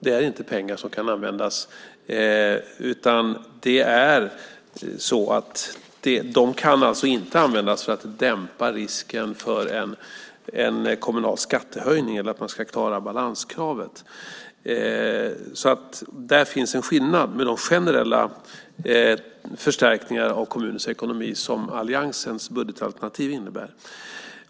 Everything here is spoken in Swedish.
Det är inte pengar som kan användas för att dämpa risken för en kommunal skattehöjning eller för att man ska klara balanskravet. Där finns en skillnad i förhållande till de generella förstärkningar av kommunernas ekonomi som alliansens budgetalternativ innebär.